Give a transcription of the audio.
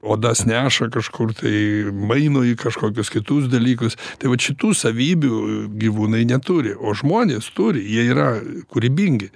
odas neša kažkur tai maino į kažkokius kitus dalykus tai vat šitų savybių gyvūnai neturi o žmonės turi jie yra kūrybingi